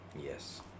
Yes